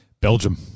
belgium